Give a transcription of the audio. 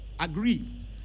agree